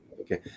okay